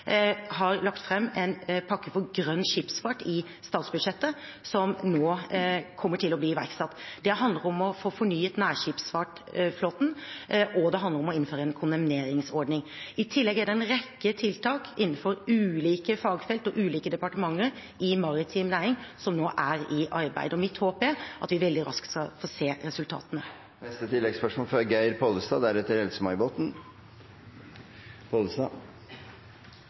har lagt fram en pakke for grønn skipsfart i statsbudsjettet, og den kommer nå til å bli iverksatt. Det handler om å få fornyet nærskipsfartflåten, og det handler om å innføre en kondemneringsordning. I tillegg er det en rekke tiltak innenfor ulike fagfelt og ulike departementer i maritim næring som nå er i arbeid. Mitt håp er at vi veldig raskt skal få se resultatene.